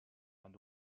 and